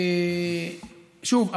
שוב,